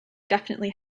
definitely